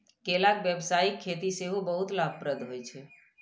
केलाक व्यावसायिक खेती सेहो बहुत लाभप्रद होइ छै